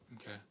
Okay